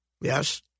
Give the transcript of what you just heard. Yes